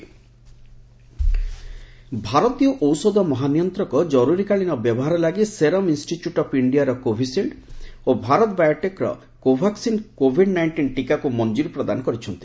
DCGI approval ଭାରତୀୟ ଔଷଧ ମହାନିୟନ୍ତ୍ରକ ଜର୍ରରୀକାଳୀନ ବ୍ୟବହାର ଲାଗି ସେରମ୍ ଇନ୍ଷ୍ଟିଚ୍ୟଟ୍ ଅଫ୍ ଇଣ୍ଡିଆର କୋଭିସିଲ୍ଡ୍ ଓ ଭାରତ ବାୟୋଟେକ୍ର କୋଭାକିନ୍ କୋଭିଡ୍ ନାଇଣ୍ଟିନ୍ ଟୀକାକ୍ ମଞ୍ଜରି ପ୍ରଦାନ କରିଛନ୍ତି